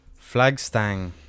Flagstang